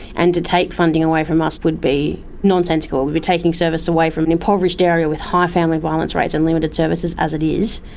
and to take funding away from us would be nonsensical. it would be taking service away from an impoverished area with high family violence rates and limited services as it is,